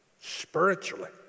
spiritually